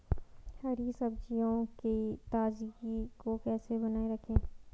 हरी सब्जियों की ताजगी को कैसे बनाये रखें?